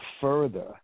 further